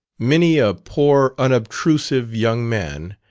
many a poor unobtrusive young man,